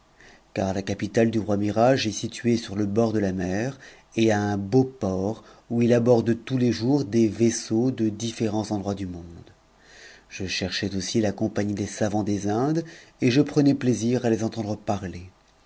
car la capitale du roi mihrage est située sur le bord de la mer et a un beau port où il aborde tous les jours des vaisseaux de différentes nations du monde je cherchais aussi la compagnie les savants des indes et je prenais plaisir à les entendre parler